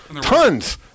Tons